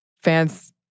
Fans